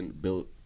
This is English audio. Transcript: built